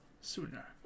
sooner